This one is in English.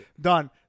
Done